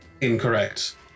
Incorrect